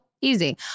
easy